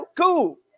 cool